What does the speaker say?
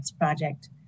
project